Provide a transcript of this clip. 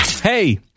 Hey